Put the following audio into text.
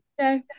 No